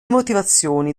motivazioni